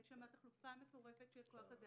יש שם תחלופה מטורפת של כוח אדם,